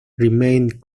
remained